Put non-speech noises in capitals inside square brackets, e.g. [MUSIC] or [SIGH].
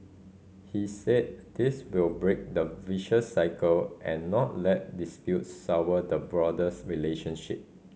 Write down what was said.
he said this [UNINTELLIGIBLE] break the vicious cycle and not let disputes sour the broader [UNINTELLIGIBLE] relationship